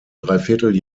dreiviertel